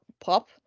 Pop